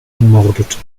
ermordet